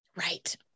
Right